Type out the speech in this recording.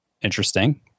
Interesting